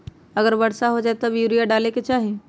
अगर वर्षा हो जाए तब यूरिया डाले के चाहि?